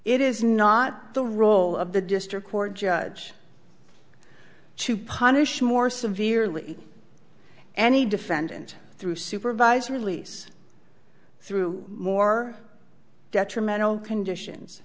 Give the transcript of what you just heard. it is not the role of the district court judge to punish more severely any defendant through supervised release through more detrimental conditions